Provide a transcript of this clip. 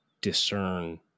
discern